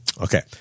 Okay